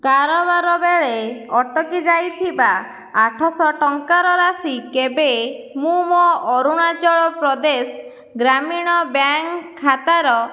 କାରବାର ବେଳେ ଅଟକି ଯାଇଥିବା ଆଠଶହ ଟଙ୍କାର ରାଶି କେବେ ମୁଁ ମୋର ଅରୁଣାଚଳ ପ୍ରଦେଶ ଗ୍ରାମୀଣ ବ୍ୟାଙ୍କ ଖାତାର